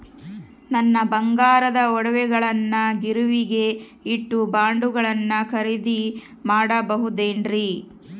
ನನ್ನ ಬಂಗಾರದ ಒಡವೆಗಳನ್ನ ಗಿರಿವಿಗೆ ಇಟ್ಟು ಬಾಂಡುಗಳನ್ನ ಖರೇದಿ ಮಾಡಬಹುದೇನ್ರಿ?